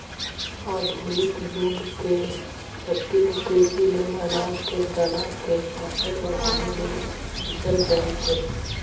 आधुनिक जुग के चक्की में कृषि लेल अनाज के दना के पाचन बढ़ाबे लेल पिसल जाई छै